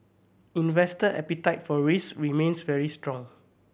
investor appetite for risk remains very strong